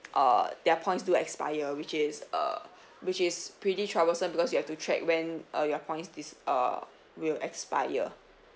uh their points do expired which is uh which is pretty troublesome because you have to track when uh your points this uh will expire